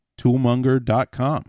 toolmonger.com